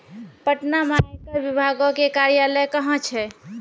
पटना मे आयकर विभागो के कार्यालय कहां छै?